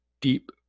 deep